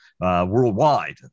worldwide